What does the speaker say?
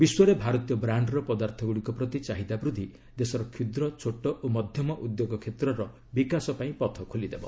ବିଶ୍ୱରେ ଭାରତୀୟ ବ୍ରାଣ୍ଡ୍ର ପଦାର୍ଥଗୁଡ଼ିକ ପ୍ରତି ଚାହିଦା ବୃଦ୍ଧି ଦେଶର କ୍ଷୁଦ୍ର ଛୋଟ ଓ ମଧ୍ୟମ ଉଦ୍ୟୋଗ କ୍ଷେତ୍ରର ବିକାଶ ପାଇଁ ପଥ ଖୋଲିଦେବ